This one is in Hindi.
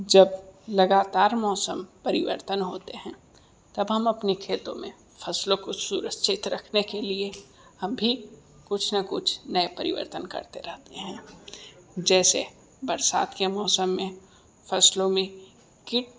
जब लगातार मौसम परिवर्तन होते हैं तब हम अपने खेतों में फसलों को सुरक्षित रखने के लिए हम भी कुछ न कुछ नए परिवर्तन करते रहते हैं जैसे बरसात के मौसम में फसलों में किट